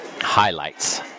highlights